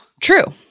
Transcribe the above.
True